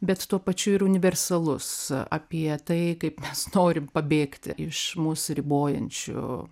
bet tuo pačiu ir universalus apie tai kaip mes norim pabėgti iš mus ribojančių